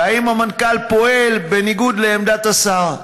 5. האם המנכ"ל פועל בניגוד לעמדת השר?